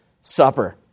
supper